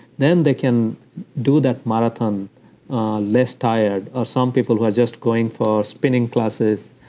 then they can do that marathon less tired, or some people who are just going for spinning classes,